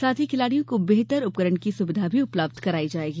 साथ ही खिलाड़ियों को बेहतर उपकरण की सुविधा उपलब्ध कराई जायेगी